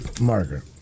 Margaret